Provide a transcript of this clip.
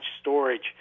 storage